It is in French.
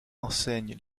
enseigne